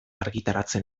argitaratzen